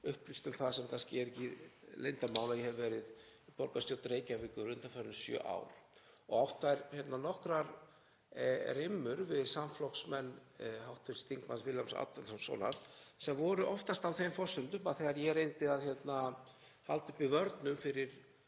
upplýst um það, sem kannski er ekki leyndarmál, að ég hef verið í borgarstjórn Reykjavíkur undanfarin sjö ár og átt þar nokkrar rimmur við samflokksmenn hv. þm. Vilhjálms Árnasonar. Þær voru oftast á þeim forsendum að þegar ég reyndi að halda uppi vörnum fyrir